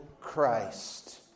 Christ